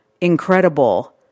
incredible